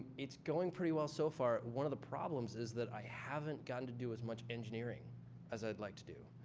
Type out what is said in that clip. it's going pretty well so far. one of the problems is that i haven't gotten to do as much engineering as i'd like to do.